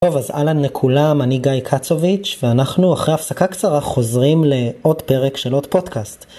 טוב אז אהלן לכולם אני גיא קצוביץ' ואנחנו אחרי הפסקה קצרה חוזרים לעוד פרק של עוד פודקאסט.